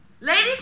Ladies